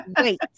wait